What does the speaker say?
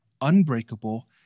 unbreakable